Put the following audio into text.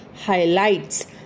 highlights